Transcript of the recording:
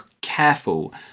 careful